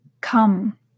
Come